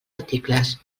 articles